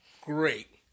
Great